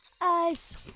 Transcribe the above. Ice